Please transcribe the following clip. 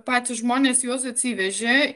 patys žmonės juos atsivežė